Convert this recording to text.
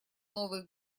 новый